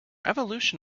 evolution